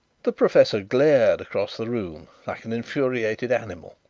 the professor glared across the room like an infuriated animal,